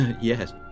Yes